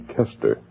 Kester